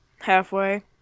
Halfway